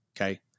Okay